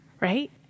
Right